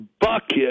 bucket